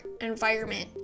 environment